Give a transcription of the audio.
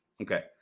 okay